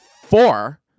four